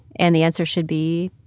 and the answer should be,